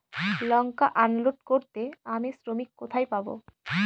লঙ্কা unload করতে আমি শ্রমিক কোথায় পাবো?